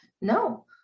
no